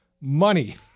Money